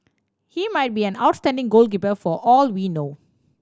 he might be an outstanding goalkeeper for all we know